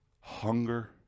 hunger